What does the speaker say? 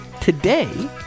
today